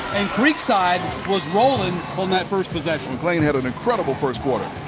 creekside was rolling on that first possession. mcclain had an incredible first quarter.